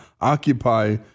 occupy